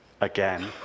again